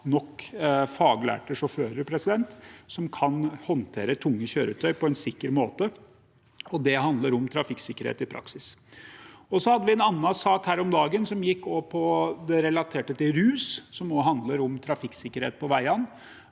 nok faglærte sjåfører som kan håndtere tunge kjøretøy på en sikker måte. Det handler om trafikksikkerhet i praksis. Så hadde vi her om dagen en annen sak relatert til rus. Den handler også om trafikksikkerhet på veiene,